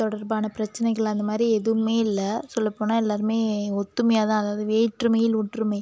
தொடர்பான பிரச்சனைகள் அந்த மாதிரி எதுவுமே இல்லை சொல்லப்போனால் எல்லாருமே ஒத்துமையாக தான் அதாவது வேற்றுமையில் ஒற்றுமை